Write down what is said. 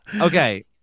Okay